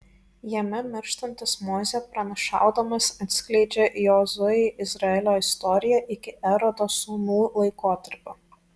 jame mirštantis mozė pranašaudamas atskleidžia jozuei izraelio istoriją iki erodo sūnų laikotarpio